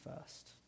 first